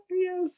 yes